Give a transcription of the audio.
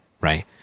right